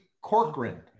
Corcoran